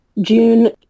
June